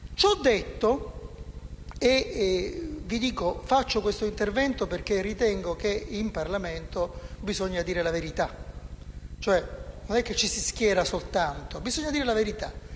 di questo genere. Faccio questo intervento perché ritengo che in Parlamento bisogna dire la verità. Non ci si schiera soltanto; bisogna dire la verità